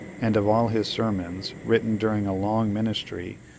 and of all his sermons, written during a long ministry,